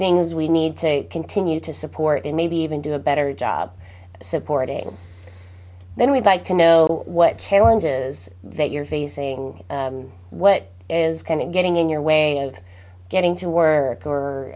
things we need to continue to support and maybe even do a better job of supporting then we'd like to know what challenges that you're facing what is kind of getting in your way of getting to w